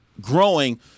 growing